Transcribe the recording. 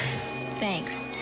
Thanks